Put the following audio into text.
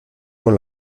con